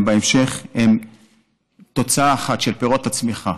בהמשך הם תוצאה אחת של פירות הצמיחה.